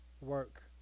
work